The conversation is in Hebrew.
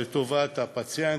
לטובת הפציינט,